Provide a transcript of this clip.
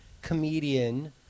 comedian